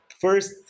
First